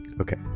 okay